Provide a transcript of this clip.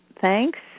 thanks